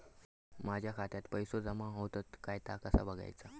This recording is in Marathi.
माझ्या खात्यात पैसो जमा होतत काय ता कसा बगायचा?